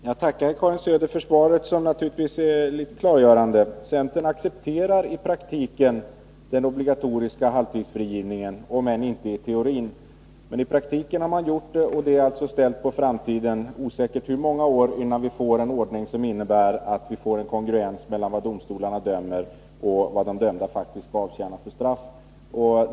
Herr talman! Jag tackar Karin Söder för svaret, som i viss mån är klarläggande. Centern accepterar i praktiken den obligatoriska halvtidsfrigivningen, om än inte i teorin. Det är alltså ställt på framtiden — osäkert för hur många år — innan vi får en ordning som ger kongruens mellan vad domstolarna dömer och de straff som de dömda faktiskt får avtjäna.